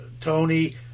tony